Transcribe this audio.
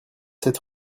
sept